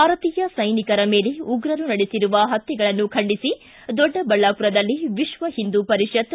ಭಾರತೀಯ ಸೈನಿಕರ ಮೇಲೆ ಉಗ್ರರು ನಡೆಸಿರುವ ಹತ್ತೆಗಳನ್ನು ಖಂಡಿಸಿ ದೊಡ್ಡಬಳ್ಳಾಪುರದಲ್ಲಿ ವಿಶ್ವ ಹಿಂದು ಪರಿಷದ್